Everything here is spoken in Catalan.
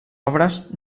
obres